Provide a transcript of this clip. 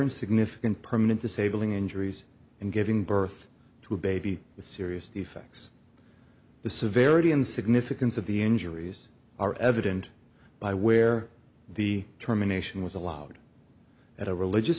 and significant permanent disabling injuries and giving birth to a baby with serious effects the severity and significance of the injuries are evident by where the term a nation was allowed at a religious